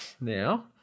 now